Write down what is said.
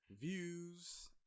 views